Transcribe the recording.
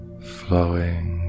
flowing